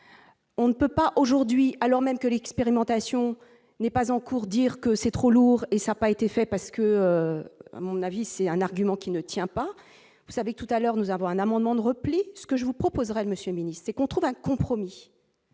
on ne peut pas aujourd'hui, alors même que l'expérimentation n'est pas en cour, dire que c'est trop lourd et ça a pas été fait parce que, à mon avis, c'est un argument qui ne tient pas, vous savez tout à l'heure, nous avons un amendement de repli, ce que je vous proposerai monsieur Minister qu'on trouve un compromis,